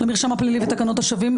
למרשם הפלילי ותקנות השבים,